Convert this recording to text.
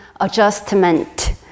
adjustment